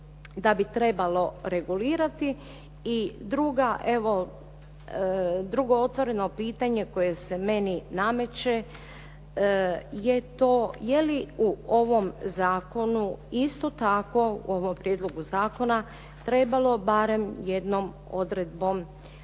da bi trebalo regulirati i drugo otvoreno pitanje koje se meni nameće je to je li u ovom zakonu, isto tako u ovom prijedlogu zakona trebalo barem jednom odredbom